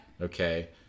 okay